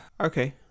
okay